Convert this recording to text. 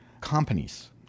companies